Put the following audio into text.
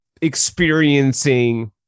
experiencing